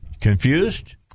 Confused